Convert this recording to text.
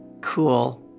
Cool